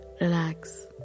Relax